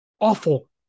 Awful